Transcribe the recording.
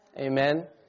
Amen